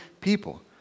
people